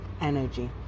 energy